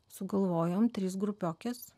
sugalvojom trys grupiokės